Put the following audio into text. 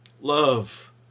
love